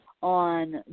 on